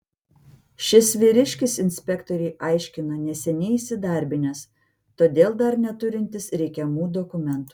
šis vyriškis inspektorei aiškino neseniai įsidarbinęs todėl dar neturintis reikiamų dokumentų